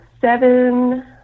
seven